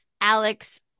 Alex